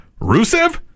Rusev